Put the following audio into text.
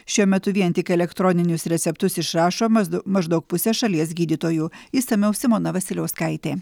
šiuo metu vien tik elektroninius receptus išrašo maz maždaug pusė šalies gydytojų išsamiau simona vasiliauskaitė